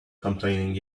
complaining